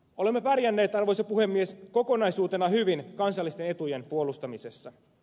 olemme pärjänneet arvoisa puhemies kokonaisuutena hyvin kansallisten etujemme puolustamisessa